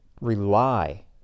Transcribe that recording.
rely